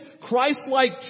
Christ-like